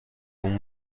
اون